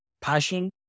passion